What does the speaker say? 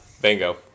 Bingo